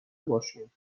باشیم